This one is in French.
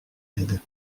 aide